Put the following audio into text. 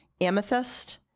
amethyst